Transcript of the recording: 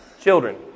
Children